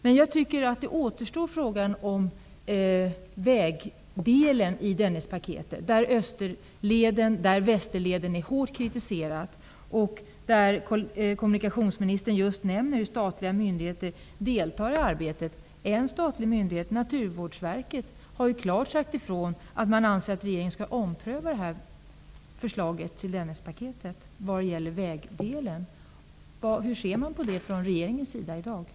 Men frågan om vägdelen i Österleden och Västerleden är hårt kritiserad. Som kommunikationsministern nyss nämnde deltar statliga myndigheter i detta arbete. En statlig myndighet, Naturvårdsverket, har klart sagt ifrån att verket anser att regeringen bör ompröva förslaget till Dennispaketet vad gäller vägdelen. Hur ser man från regeringens sida på det i dag?